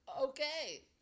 Okay